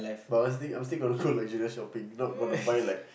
but I was think I was thinking of cloths like Judas shopping not going to buy like